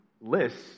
lists